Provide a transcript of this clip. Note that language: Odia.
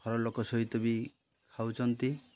ଘର ଲୋକ ସହିତ ବି ଖାଉଛନ୍ତି